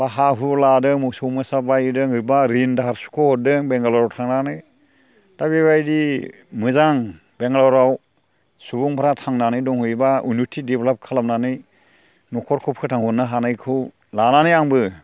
बा हा हु लादों मोसौ मोसा बायदों बा रिन दाहार सुख'हरदों बेंगालराव थांनानै दा बेबायदि मोजां बेंगालराव सुबुंफोरा थांनानै दंहैयोबा उन्न'थि डेभल'प खालामनानै न'खरखौ फोथांहरनो हानायखौ लानानै आंबो